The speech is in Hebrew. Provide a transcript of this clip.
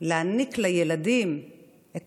להעניק לילדים את